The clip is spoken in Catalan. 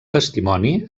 testimoni